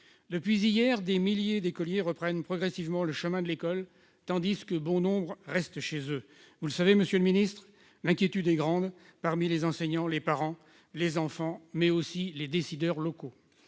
Depuis hier, des milliers d'écoliers reprennent progressivement le chemin de l'école tandis que bon nombre d'entre eux restent chez eux. Vous le savez, monsieur le ministre, l'inquiétude est grande parmi les enseignants, les parents, les enfants, mais aussi les décideurs locaux.